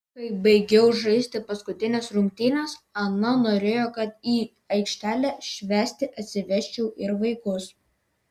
kai baigiau žaisti paskutines rungtynes ana norėjo kad į aikštelę švęsti atsivesčiau ir vaikus